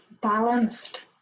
balanced